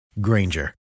Granger